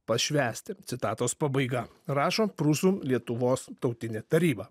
pašvęsti citatos pabaiga rašo prūsų lietuvos tautinė taryba